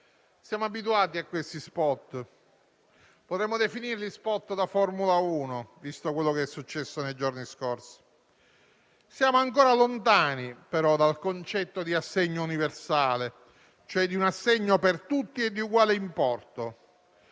Siamo abituati a questi *spot*, che vorremmo definirli *spot* da Formula 1, visto quello che è successo nei giorni scorsi. Siamo ancora lontani, però, dal concetto di assegno universale, cioè di un assegno per tutti e di uguale importo.